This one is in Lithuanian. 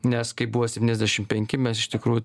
nes kai buvo septyniasdešim penki mes iš tikrųjų